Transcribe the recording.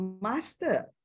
Master